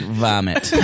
vomit